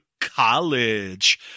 college